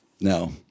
No